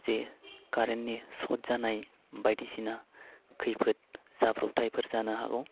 जे कारेन्टनि सर्ट जानाय बायदिसिना खैफोद जाब्रबथायफोर जानो हागौ